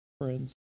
friends